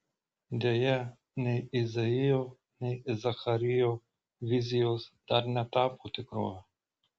deja nei izaijo nei zacharijo vizijos dar netapo tikrove